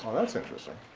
um that's interesting.